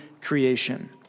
creation